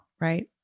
Right